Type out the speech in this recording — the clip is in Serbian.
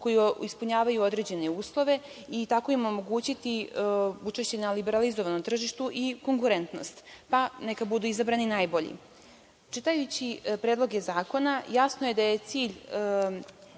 koji ispunjavaju određene uslove i tako im omogućiti učešće na liberalizovanom tržištu i konkurentnost, pa neka budu izabrani najbolji. Čitajući predloge zakona jasno je da je cilj